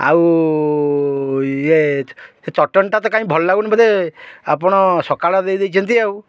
ଆଉ ଇଏ ଚଟଣୀଟା ତ କାହିଁ ଭଲ ଲାଗୁନି ବୋଧେ ଆପଣ ସକାଳ ଦେଇ ଦେଇ ଦେଇଚନ୍ତି ଆଉ